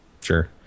Sure